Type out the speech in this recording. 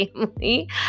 family